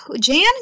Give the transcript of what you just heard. Jan